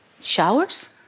Showers